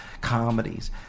comedies